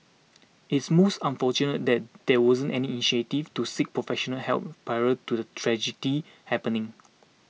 it's most unfortunate that there wasn't any initiative to seek professional help prior to the tragedy happening